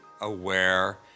aware